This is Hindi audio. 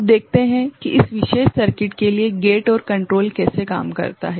अब देखते हैं कि इस विशेष सर्किट के लिए गेट और कंट्रोल कैसे काम करता है